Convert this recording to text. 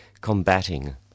combating